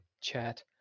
chat